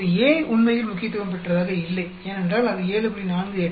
இப்போது A உண்மையில் முக்கியத்துவம் பெற்றதாக இல்லை ஏனென்றால் அது 7